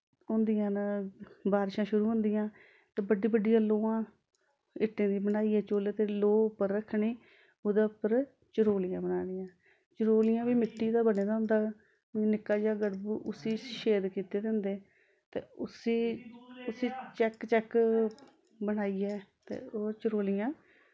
होंदियां न बारशां शुरू होंदियां ते बड्डी बड्डियां लोहां इट्टें दी बनाइयै चु'ल्ल ते लोह् उप्पर रक्खनी ते ओह्दे उप्पर चरोलियां बनानियां चरोलियां बी मिट्ठी दा बने दा होंदा निक्का जनेहा गड़बू उस्सी छेद कीते दे होंदे ते उस्सी उस्सी चैक्क चैक्क बनाइयै ते ओह् चरोलियां